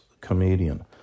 comedian